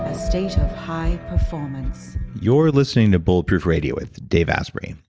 ah state of high performance you're listening to bulletproof radio with dave asprey.